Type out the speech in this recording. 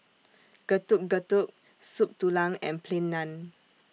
Getuk Getuk Soup Tulang and Plain Naan